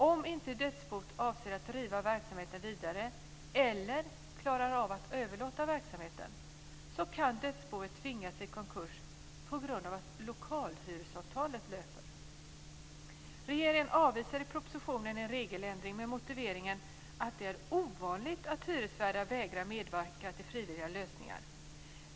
Om inte dödsboet avser att driva verksamheten vidare eller klarar av att överlåta den kan dödsboet tvingas i konkurs på grund av att lokalhyresavtalet löper. Regeringen avvisar i propositionen en regeländring med motiveringen att det är ovanligt att hyresvärdar vägrar medverka till frivilliga lösningar.